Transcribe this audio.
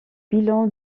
bilan